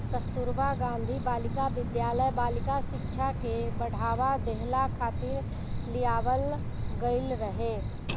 कस्तूरबा गांधी बालिका विद्यालय बालिका शिक्षा के बढ़ावा देहला खातिर लियावल गईल रहे